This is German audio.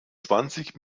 zwanzig